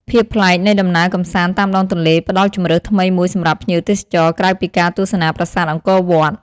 ភាពប្លែកនៃដំណើរកម្សាន្តតាមដងទន្លេ ផ្តល់ជម្រើសថ្មីមួយសម្រាប់ភ្ញៀវទេសចរក្រៅពីការទស្សនាប្រាសាទអង្គរវត្ត។